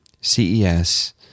CES